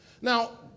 Now